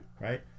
right